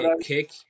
kick